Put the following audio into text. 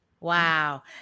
Wow